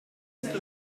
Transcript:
hip